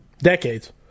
decades